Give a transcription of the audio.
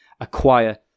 acquire